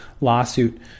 lawsuit